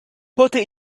pote